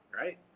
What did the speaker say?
right